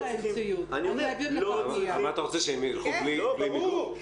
מה אתה רוצה שהם יילכו בלי מיגון?